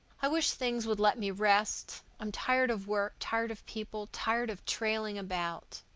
i wish things would let me rest. i'm tired of work, tired of people, tired of trailing about.